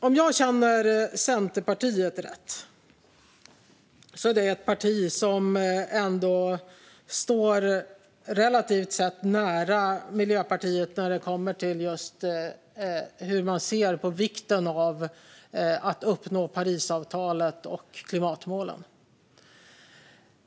Om jag känner Centerpartiet rätt är det ett parti som ändå står relativt nära Miljöpartiet när det kommer till vikten av att uppnå det vi kommit överens om i Parisavtalet och i fråga om klimatmålen.